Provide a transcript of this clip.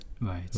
Right